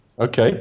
Okay